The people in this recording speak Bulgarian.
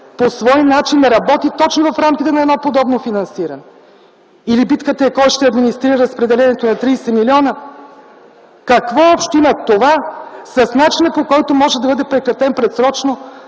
по свой начин работи точно в рамките на едно подобно финансиране? Или битката е: кой ще администрира разпределението на 30 милиона? Какво общо има това с начина, по който може да бъде прекратен предсрочно